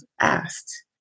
asked